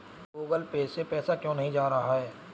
Google Pay से पैसा क्यों नहीं जा रहा है?